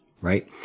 right